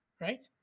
right